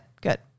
Good